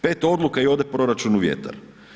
5 odluka i ode proračun u vjetar.